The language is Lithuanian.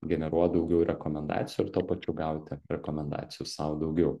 generuot daugiau rekomendacijų ir tuo pačiu gauti rekomendacijų sau daugiau